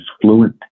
fluent